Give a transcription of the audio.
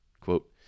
quote